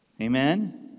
Amen